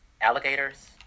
alligators